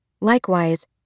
Likewise